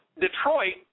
Detroit